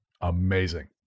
Amazing